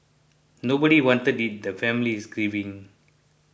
nobody wanted it the family is grieving